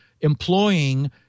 employing